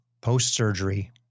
post-surgery